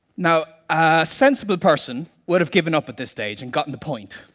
now, a sensible person would have given up at this stage and gotten the point.